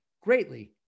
greatly